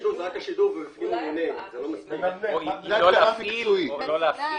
או לא להפעיל.